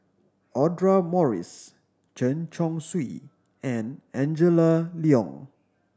Audra Morrice Chen Chong Swee and Angela Liong